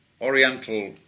Oriental